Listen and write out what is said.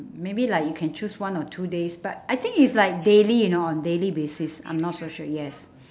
maybe like you can choose one or two days but I think it's like daily you know on daily basis I'm not so sure yes